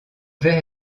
verre